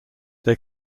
they